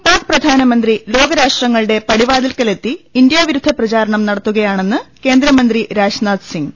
pack പ്രധാനമന്ത്രി ലോകരാഷ്ട്രങ്ങളുടെ പ്രടിവാതിൽക്ക ലെത്തി ഇന്ത്യാവിരുദ്ധ പ്രചാരണം നട്ത്തുകയാണെന്ന് കേന്ദ്രമന്ത്രി രാജ്നാഥ്സിംഗ്